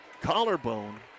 collarbone